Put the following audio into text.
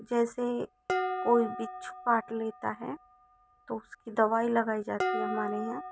जैसे कोई बिच्छू काट लेता है तो उसकी दवाई लगाई जाती है हमारे यहाँ